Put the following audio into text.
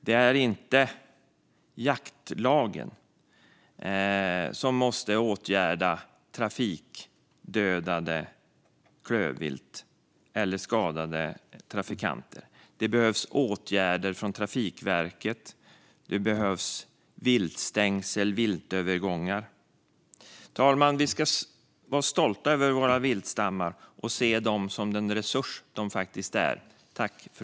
Det är inte jaktlagen som måste åtgärda trafikdödade klövvilt eller skadade trafikanter. Det behövs åtgärder från Trafikverket. Det behövs viltstängsel och viltövergångar. Fru talman! Vi ska vara stolta över våra viltstammar och se dem som den resurs de faktiskt är.